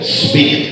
speak